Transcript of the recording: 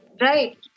right